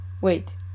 wait